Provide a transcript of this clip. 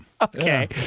Okay